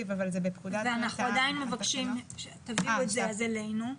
אנחנו עדיין מבקשים שתביאו את זה אלינו.